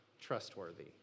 trustworthy